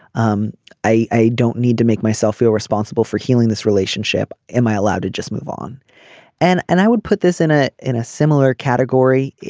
um i i don't need to make myself feel responsible for healing this relationship. am i allowed to just move on and and i would put this in a in a similar category.